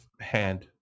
hand